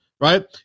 Right